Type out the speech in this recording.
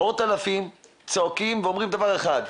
מאות אלפים, צועקים ואומרים דבר אחד,